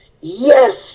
yes